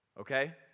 Okay